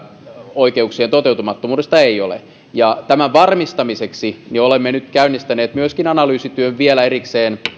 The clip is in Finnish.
oikeuksien toteutumattomuudesta tämän varmistamiseksi olemme nyt myöskin käynnistäneet analyysityön vielä erikseen